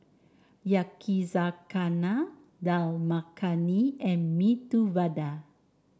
Yakizakana Dal Makhani and Medu Vada